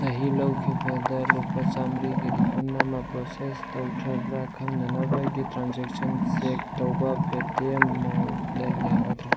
ꯆꯍꯤ ꯂꯧꯏꯈꯤꯕꯗ ꯂꯨꯄꯥ ꯆꯃꯔꯤꯒꯤ ꯔꯤꯐꯟ ꯑꯃ ꯄ꯭ꯔꯣꯁꯦꯁ ꯇꯧꯈꯔꯕ꯭ꯔ ꯈꯪꯅꯅꯕꯒꯤ ꯇ꯭ꯔꯥꯟꯁꯦꯛꯁꯟ ꯆꯦꯛ ꯇꯧꯕ ꯄꯦꯇꯤꯑꯦꯝ ꯃꯣꯜꯗ ꯌꯥꯒꯗ꯭ꯔ